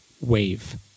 wave